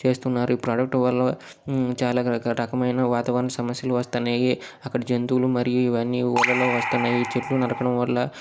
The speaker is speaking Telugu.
చేస్తున్నారు ప్రొడక్ట్ వల్ల చాలా రక రకమైన వాతావరణ సమస్యలు వస్తున్నాయి అక్కడ జంతువులూ మరియు ఇవన్నీ వస్తున్నాయి ఈ చెట్లు నరకడం వల్ల